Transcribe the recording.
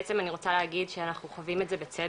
בעצם אני רוצה להגיד שאנחנו חווים את זה בצדק.